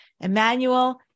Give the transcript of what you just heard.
Emmanuel